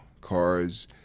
cars